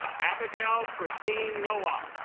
abigail christine noah